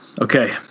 Okay